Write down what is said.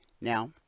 Now